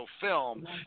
film